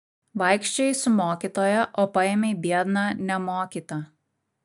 vaikščiojai su mokytoja o paėmei biedną nemokytą